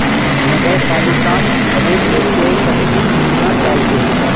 नगर पालिकाक अधिक वित्तीय शक्ति मिलना चाहिए